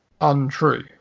untrue